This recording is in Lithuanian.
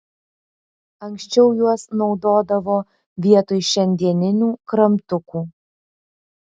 anksčiau juos naudodavo vietoj šiandienių kramtukų